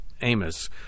Amos